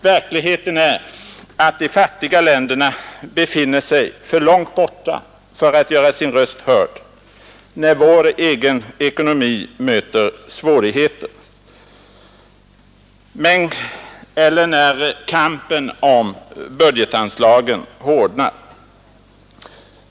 Verkligheten är att de fattiga u-länderna befinner sig för långt borta för att göra sin röst hörd, när vår egen ekonomi möter svårigheter. Men kampen om budgetanslagen hårdnar.